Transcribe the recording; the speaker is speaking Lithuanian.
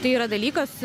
tai yra dalykas